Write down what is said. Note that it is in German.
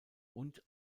und